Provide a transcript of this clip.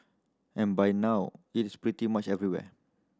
and by now it is pretty much everywhere